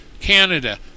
Canada